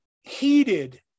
heated